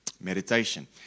meditation